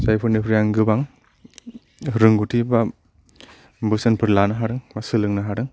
जायफोरनिफ्राय आं गोबां रोंगौथि बा बोसोनफोर लानो हादों बा सोलोंनो हादों